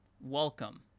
Welcome